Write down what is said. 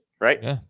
Right